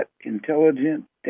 intelligent